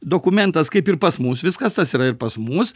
dokumentas kaip ir pas mus viskas tas yra ir pas mus